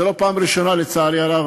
זה לא פעם ראשונה, לצערי הרב.